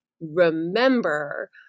remember